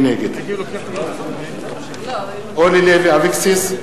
נגד אורלי לוי אבקסיס,